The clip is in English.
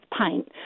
paint